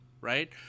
right